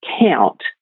count